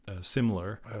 similar